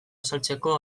azaltzeko